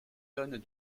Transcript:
tonnes